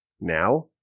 Now